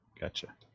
Gotcha